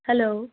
hello